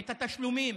את התשלומים,